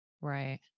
right